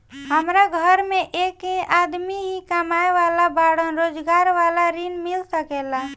हमरा घर में एक आदमी ही कमाए वाला बाड़न रोजगार वाला ऋण मिल सके ला?